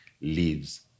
lives